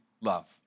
love